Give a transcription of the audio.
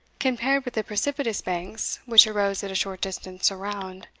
compared with the precipitous banks which arose at a short distance around,